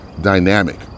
dynamic